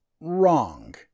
wrong